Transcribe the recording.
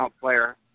player